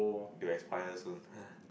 they will expire soon